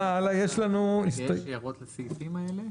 יש הערות לסעיפים האלה?